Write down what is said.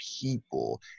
people